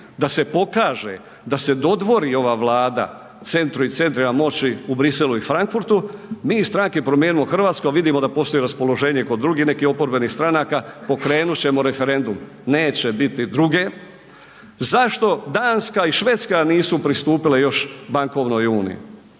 da se pokaže, da se dodvori ova vlada centru i centrima moći u Bruxellesu i Frankfurtu, mi iz Stranke Promijenimo Hrvatsku, a vidimo da postoji raspoloženje i kod drugih nekih oporbenih stranaka pokrenut ćemo referendum. Neće biti druge. Zašto Danska i Švedska nisu pristupile još bankovnoj uniji?